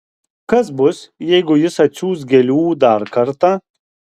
kas bus jeigu jis atsiųs gėlių dar kartą